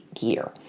gear